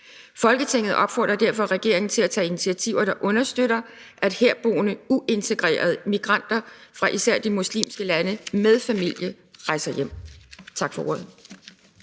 Folketinget opfordrer derfor regeringen til at tage initiativer, der understøtter, at herboende uintegrerede migranter fra især de muslimske lande, med familie, rejser hjem.« (Forslag